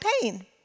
pain